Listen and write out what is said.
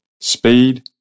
speed